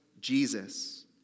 Jesus